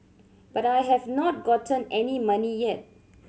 but I have not gotten any money yet